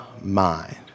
mind